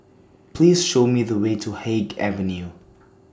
Please Show Me The Way to Haig Avenue